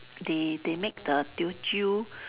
they they make the Teochew